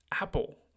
Apple